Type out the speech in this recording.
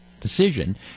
decision